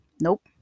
Nope